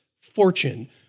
fortune